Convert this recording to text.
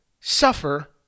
suffer